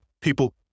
people